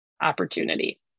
opportunity